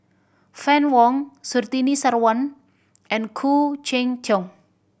Fann Wong Surtini Sarwan and Khoo Cheng Tiong